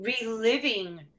reliving